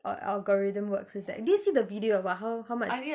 uh algorithm works is that did you see the video about how how much